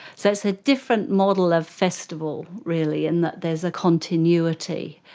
so it's a different model of festival really in that there is a continuity.